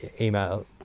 email